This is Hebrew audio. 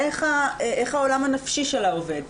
איך העולם הנפשי שלה עובד,